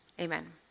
Amen